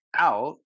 out